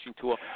tool